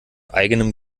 eigenem